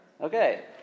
Okay